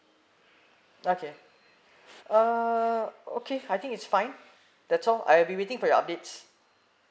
okay err okay I think it's fine that's all I'll be waiting for your updates